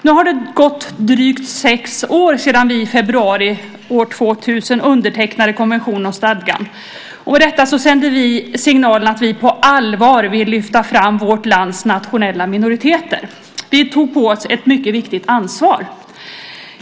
Nu har det gått drygt sex år sedan vi i februari år 2000 undertecknade konventionen om stadgan. Med det sände vi signalen att vi på allvar vill lyfta fram vårt lands nationella minoriteter. Vi tog på oss ett mycket viktigt ansvar.